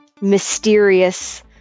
mysterious